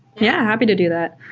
yeah, happy to do that.